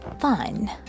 fun